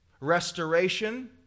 Restoration